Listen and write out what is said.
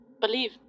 believe